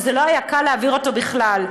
שלא היה קל להעביר אותו בכלל.